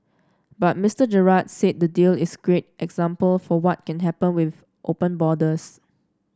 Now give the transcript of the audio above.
but Mister Gerard said the deal is a great example for what can happen with open borders